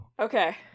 Okay